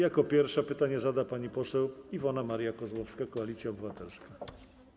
Jako pierwsza pytanie zada pani poseł Iwona Maria Kozłowska, Koalicja Obywatelska.